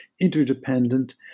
interdependent